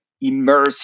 immerse